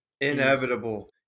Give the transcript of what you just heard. Inevitable